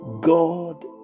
god